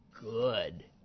good